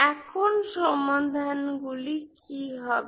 এখন সমাধান গুলো কি হবে